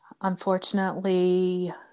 Unfortunately